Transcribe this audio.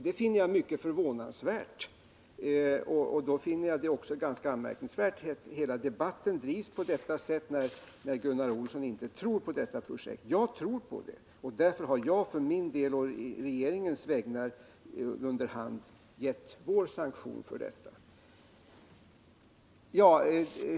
Det finner jag mycket förvånansvärt. Jag finner det också ganska anmärkningsvärt att hela debatten drivs på detta sätt, när Gunnar Olsson inte tror på projektet. Jag tror på det, och därför har jag för min del å regeringens vägnar under hand gett vår sanktion för det.